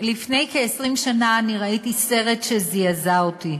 לפני כ-20 שנה ראיתי סרט שזעזע אותי.